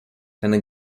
ten